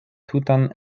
tutan